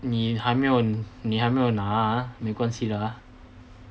你还没有你还没有拿啊没关系的啦